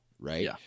Right